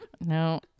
No